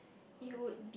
it would be